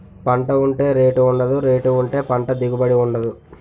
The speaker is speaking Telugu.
పంట ఉంటే రేటు ఉండదు, రేటు ఉంటే పంట దిగుబడి ఉండదు